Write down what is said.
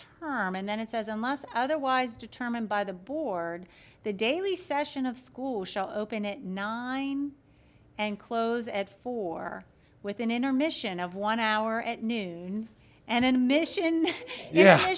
it and then it says unless otherwise determined by the board the daily session of school shall open it nine and close at four with an intermission of one hour at noon and in a mission ye